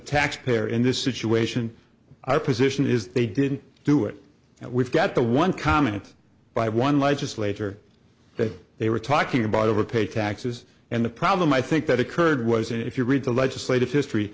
taxpayer in this situation our position is they didn't do it and we've got the one comment by one legislator that they were talking about over pay taxes and the problem i think that occurred was if you read the legislative history